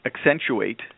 accentuate